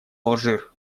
алжир